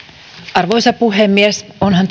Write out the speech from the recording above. arvoisa puhemies onhan